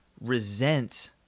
resent